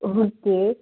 okay